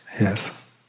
Yes